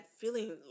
feeling